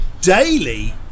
daily